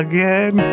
Again